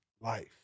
life